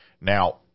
Now